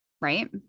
right